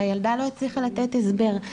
שהילדה לא הצליחה לתת הסבר.